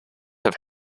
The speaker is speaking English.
have